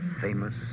famous